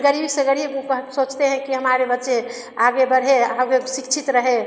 गरीब से गरीब ऊ कह सोचते हैं कि हमारे बच्चे आगे बढ़े आगे सिक्छित रहे